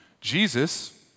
Jesus